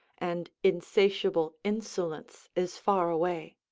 and insatiable insolence is far away.